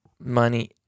money